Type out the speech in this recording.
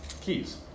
keys